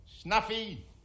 Snuffy